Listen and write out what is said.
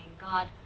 God